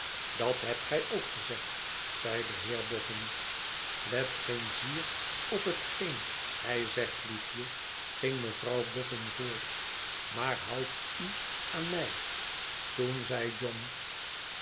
dat hebt gij ook gezegd zei de heer boffin let geen zier op hetgeen hij zegt liefje ging mevrouw boffin voort maar houd u aan mij toen zei john